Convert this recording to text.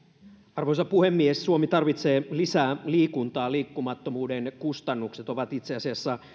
arvoisa puhemies suomi tarvitsee lisää liikuntaa liikkumattomuuden kustannukset ovat itse asiassa